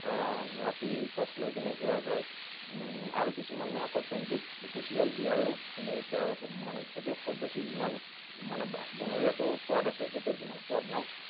ৰাতি টৰ্চ লৈ কিনে যোৱা যায় আৰু কিছুমানে আকৌ টেংকিত কুচিয়া জীয়াইও কিন্তু মানে সেইটো বেছি যিমান মানে বনৰীয়াটো সোৱাদ আছে সেইটো সিমান সোৱাদ নাই